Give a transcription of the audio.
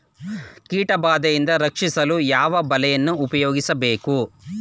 ಕೀಟಬಾದೆಯಿಂದ ರಕ್ಷಿಸಲು ಯಾವ ಬಲೆಯನ್ನು ಉಪಯೋಗಿಸಬೇಕು?